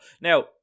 Now